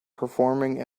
performing